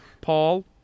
Paul